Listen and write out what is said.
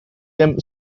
them